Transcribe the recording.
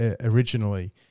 originally